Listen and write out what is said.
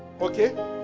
Okay